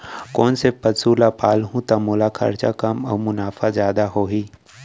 कोन से पसु ला पालहूँ त मोला खरचा कम अऊ मुनाफा जादा होही?